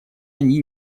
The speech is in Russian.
они